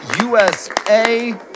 USA